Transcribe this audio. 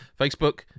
Facebook